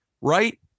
right